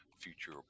future